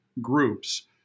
groups